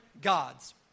gods